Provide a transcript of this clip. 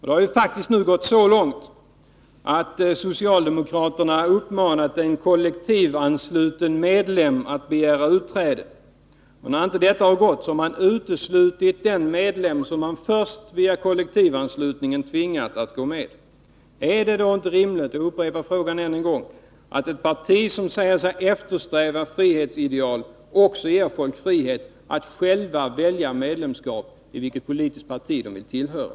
Det har nu gått så långt att socialdemokraterna uppmanat en kollektivansluten medlem att begära utträde. När medlemmen inte gjort detta har man uteslutit personen i fråga — som man alltså först via kollektivanslutningen tvingat bli medlem. Är det inte rimligt — jag upprepar frågan ännu en gång — att ett parti som säger sig ha frihetsideal också ger folk frihet att själva välja vilket politiskt parti de vill tillhöra?